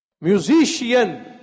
Musician